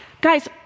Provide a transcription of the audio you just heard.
guys